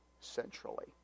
centrally